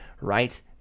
right